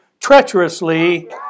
treacherously